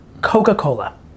Coca-Cola